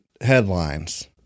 headlines